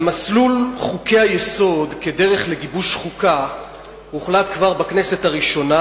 על מסלול חוקי-היסוד כדרך לגיבוש חוקה הוחלט כבר בכנסת הראשונה,